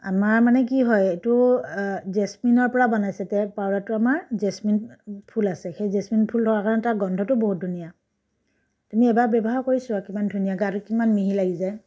আমাৰ মানে কি হয় এইটো জেচমিনৰ পৰা বনাইছে তে পাউডাৰটো আমাৰ জেচমিন ফুল আছে সেই জেচমিন ফুল থকাৰ কাৰণে তাৰ গোন্ধটো বহুত ধুনীয়া তুমি এবাৰ ব্যৱহাৰ কৰি চোৱা কিমান ধুনীয়া গাটো কিমান মিহি লাগি যায়